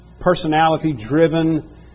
personality-driven